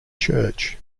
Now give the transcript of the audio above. church